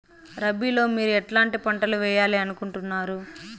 రబిలో మీరు ఎట్లాంటి పంటలు వేయాలి అనుకుంటున్నారు?